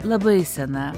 labai sena